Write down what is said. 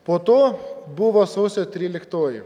po to buvo sausio tryliktoji